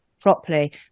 properly